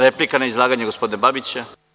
Replika na izlaganje gospodina Babića.